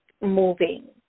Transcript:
moving